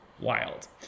Wild